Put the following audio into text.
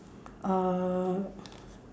uh